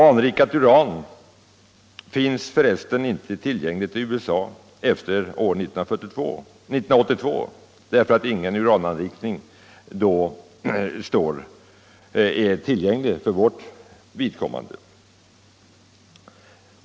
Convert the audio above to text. Anrikat uran finns förresten inte tillgängligt för oss genom anrikning i USA efter år 1982.